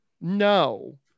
No